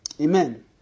Amen